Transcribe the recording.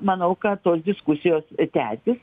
manau kad tos diskusijos tęsis